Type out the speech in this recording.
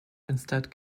instead